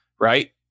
right